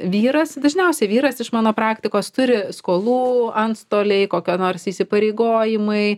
vyras dažniausiai vyras iš mano praktikos turi skolų antstoliai kokie nors įsipareigojimai